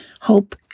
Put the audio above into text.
hope